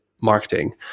marketing